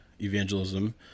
evangelism